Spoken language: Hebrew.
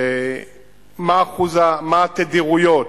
מה התדירויות,